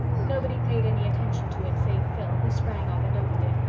nobody paid any attention to it save phil, who sprang up and opened it,